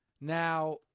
Now